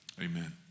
Amen